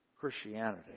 Christianity